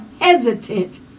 hesitant